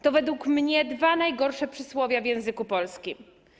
To według mnie dwa najgorsze przysłowia w języku polskim.